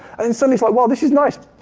and then somebody's like, well, this is nice.